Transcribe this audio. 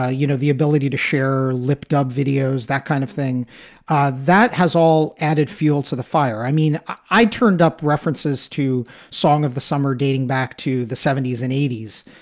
ah you know, the ability to share lip dub videos, that kind of thing ah that has all added fuel to the fire. i mean, i turned up references to song of the summer dating back to the seventy s and eighty s.